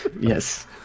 Yes